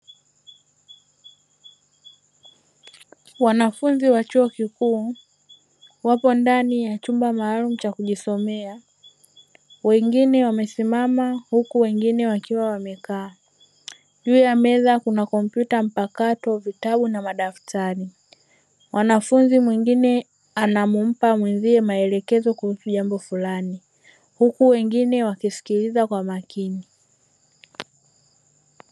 Wanafunzi wa chuo kikuu wapo ndani ya chumba maalumu cha kujisomea; wengine wamesimama huku wengine wakiwa wamekaa. Juu ya meza kuna kompyuta mpakato, vitabu na madaftari. Mwanafunzi mwingine anampa mwenzie maelekezo kuhusu jambo fulani huku wengine wakisikiliza kwa makini.